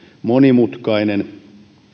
monimutkainen